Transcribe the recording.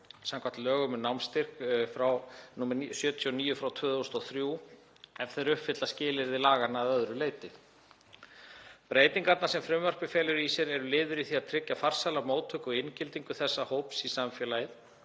samkvæmt lögum um námsstyrki, nr. 79/2003, ef þeir uppfylla skilyrði laganna að öðru leyti. Breytingarnar sem frumvarpið felur í sér eru liður í því að tryggja farsæla móttöku inngildingu þessa hóps í samfélagið